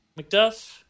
McDuff